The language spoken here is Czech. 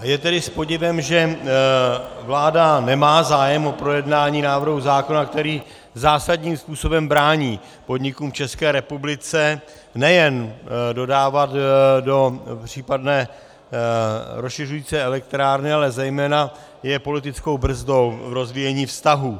Je tedy s podivem, že vláda nemá zájem o projednání návrhu zákona, který zásadním způsobem brání podnikům v České republice nejen dodávat do případné rozšiřující se elektrárny, ale zejména je politickou brzdou v rozvíjení vztahů.